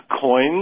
coins